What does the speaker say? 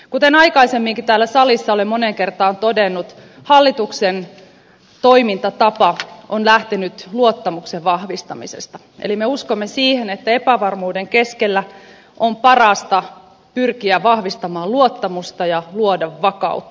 kuten aikaisemminkin täällä salissa olen moneen kertaan todennut hallituksen toimintatapa on lähtenyt luottamuksen vahvistamisesta eli me uskomme siihen että epävarmuuden keskellä on parasta pyrkiä vahvistamaan luottamusta ja luoda vakautta